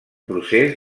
procés